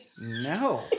No